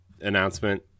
announcement